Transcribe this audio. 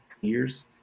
years